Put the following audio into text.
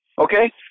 Okay